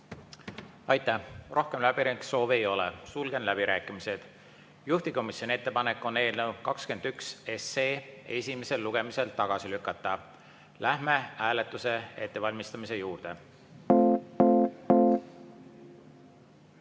Aitäh! Rohkem läbirääkimissoove ei ole. Sulgen läbirääkimised. Juhtivkomisjoni ettepanek on eelnõu 21 esimesel lugemisel tagasi lükata. Läheme hääletuse ettevalmistamise juurde. Head